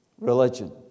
religion